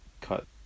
cut